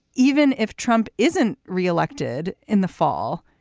even if trump isn't re-elected in the fall,